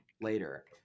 later